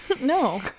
No